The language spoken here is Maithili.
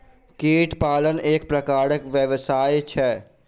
कीट पालन एक प्रकारक व्यवसाय छै